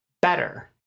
better